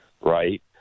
right